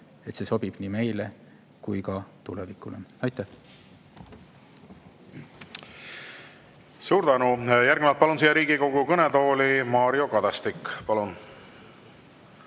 et see sobib nii meile kui ka tulevikule. Aitäh! Suur tänu! Järgnevalt palun siia Riigikogu kõnetooli Mario Kadastiku. Ma